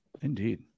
Indeed